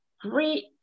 great